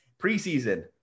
preseason